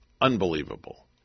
unbelievable